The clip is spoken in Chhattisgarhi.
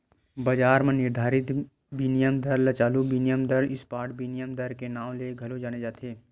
बजार म निरधारित बिनिमय दर ल चालू बिनिमय दर, स्पॉट बिनिमय दर के नांव ले घलो जाने जाथे